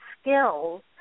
skills